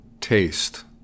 taste